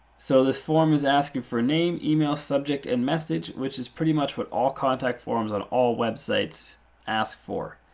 so this form is asking for a name, email, subject, and message, which is pretty much what all contact forms on all websites ask for.